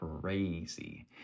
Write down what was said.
crazy